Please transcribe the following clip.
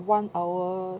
one hour